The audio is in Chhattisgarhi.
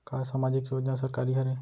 का सामाजिक योजना सरकारी हरे?